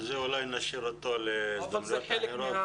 אולי נשאיר את זה להזדמנות אחרת.